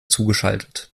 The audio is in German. zugeschaltet